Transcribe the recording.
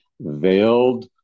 veiled